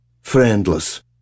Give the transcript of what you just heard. Friendless